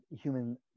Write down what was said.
human